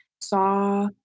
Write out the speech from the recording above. saw